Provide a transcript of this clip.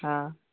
हां